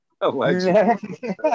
Allegedly